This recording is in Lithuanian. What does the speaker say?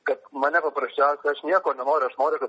kad mane paprasčiausia aš nieko nenoriu aš noriu kad